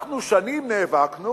אנחנו נאבקנו